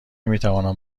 میتوانم